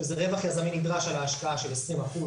שזה רווח יזמי נדרש על ההשקעה של 20%